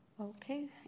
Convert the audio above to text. Okay